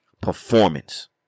performance